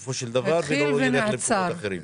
לא למקומות אחרים.